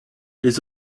les